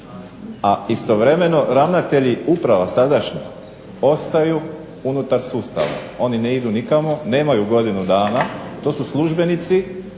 A istovremeno ravnatelji uprava sadašnjih ostaju unutar sustava. Oni ne idu nikamo, nemaju godinu dana. To su službenici